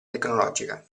tecnologica